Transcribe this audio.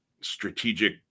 strategic